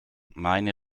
meine